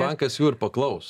bankas jų ir paklaus